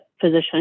physician